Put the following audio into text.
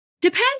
Depends